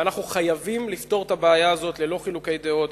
ואנחנו חייבים לפתור את הבעיה הזאת ללא חילוקי דעות,